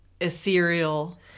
ethereal